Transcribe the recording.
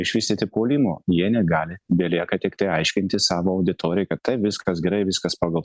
išvystyti puolimo jie negali belieka tiktai aiškinti savo auditorijai kad taip viskas gerai viskas pagal